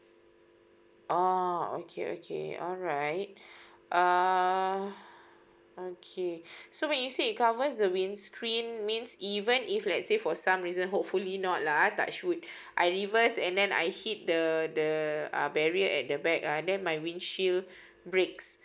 oh okay okay alright err okay so when you say it covers the windscreen means even if let's say for some reason hopefully not lah touch wood I reverse and then I hit the the uh barrier at the back ah then my windshield breaks